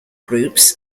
groups